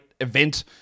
event